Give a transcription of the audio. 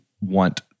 want